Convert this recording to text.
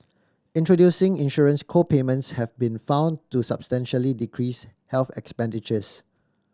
introducing insurance co payments have been found to substantially decrease health expenditures